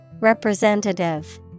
Representative